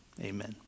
Amen